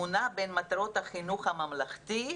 מונה בין מטרות החינוך הממלכתי,